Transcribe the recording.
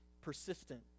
persistent